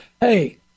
hey